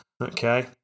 Okay